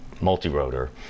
multi-rotor